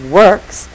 works